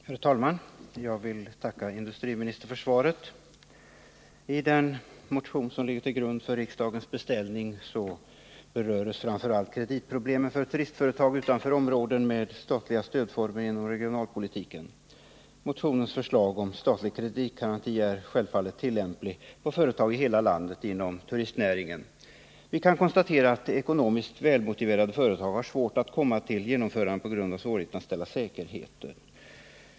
Herr talman! Jag vill tacka industriministern för svaret. I den motion som ligger till grund för riksdagens beställning berörs framför allt kreditproblemen för turistföretag belägna utanför sådana områden som genom regionalpolitiken fått statligt stöd. Motionens förslag om statlig kreditgaranti är självfallet tillämplig i hela landet på företag inom turistnäringen. Vi kan konstatera att ett ekonomiskt välmotiverat projekt är svårt att genomföra på grund av svårigheterna att ställa säkerheter.